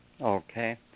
Okay